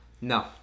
No